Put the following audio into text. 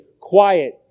quiet